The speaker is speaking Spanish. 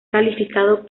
calificado